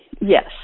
Yes